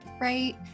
right